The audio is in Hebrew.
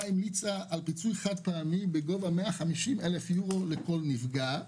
המליצה על המליצה על מתן פיצוי חד פעמי בגובה 150,000 יורו לכל נפגע,